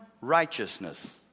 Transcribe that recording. righteousness